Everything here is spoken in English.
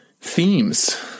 themes